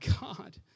God